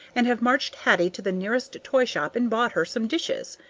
and have marched hattie to the nearest toy shop and bought her some dishes.